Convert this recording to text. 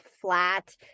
flat